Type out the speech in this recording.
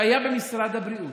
שהיה במשרד הבריאות,